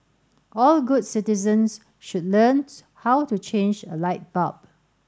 all good citizens should learn how to change a light bulb